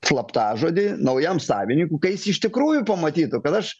slaptažodį naujam savininkui kai jis iš tikrųjų pamatytų kad aš